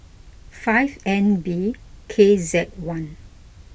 five N B K Z one